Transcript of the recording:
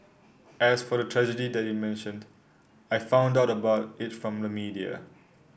as for the tragedy that you mentioned I found out about it from the media